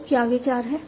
तो क्या विचार है